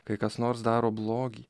kai kas nors daro blogį